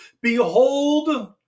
Behold